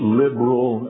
liberal